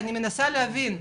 דבר שני,